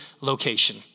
location